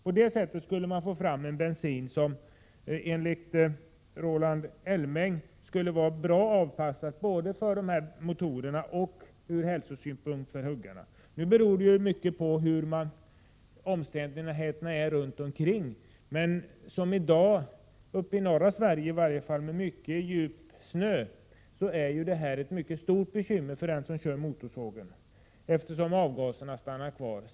På detta sätt skulle man få fram en bensin som enligt Roland Elmäng skulle vara bra avpassad både för dessa motorer och ur hälsosynpunkt för skogsarbetarna. Naturligtvis spelar även omständigheterna runt omkring en viss roll. T. ex. uppe i norra Sverige, där man nu har mycket snö, har de som använder motorsåg stora bekymmer eftersom avgaserna då blir kvar kring dem.